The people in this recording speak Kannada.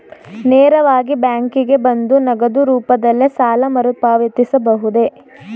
ನೇರವಾಗಿ ಬ್ಯಾಂಕಿಗೆ ಬಂದು ನಗದು ರೂಪದಲ್ಲೇ ಸಾಲ ಮರುಪಾವತಿಸಬಹುದೇ?